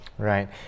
Right